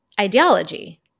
ideology